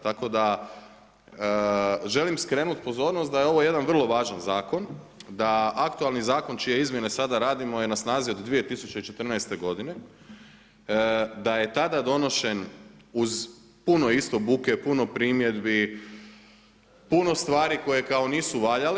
Tako da želim skrenuti pozornost da je ovo jedan vrlo važan zakon, da aktualni zakon čije izmjene sada radimo je na snazi od 2014. godine, da je tada donesen uz puno isto buke, puno primjedbi, puno stvari koje kao nisu valjale.